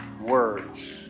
words